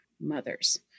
mothers